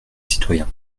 citoyens